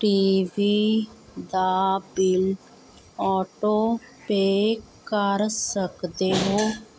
T V ਦਾ bill autopay ਕਰ ਸਕਦੇ ਹੋ